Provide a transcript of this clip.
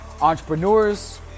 entrepreneurs